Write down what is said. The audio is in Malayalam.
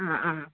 ആ ആ